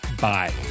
bye